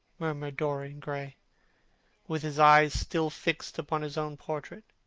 murmured dorian gray with his eyes still fixed upon his own portrait.